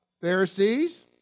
pharisees